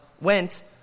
went